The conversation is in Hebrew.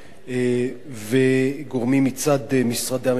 וגורמים מצד משרדי הממשלה.